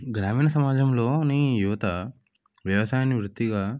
గ్రామీణ సమాజంలోని యువత వ్యవసాయాన్ని వృత్తిగా